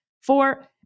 Four